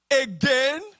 again